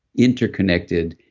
interconnected,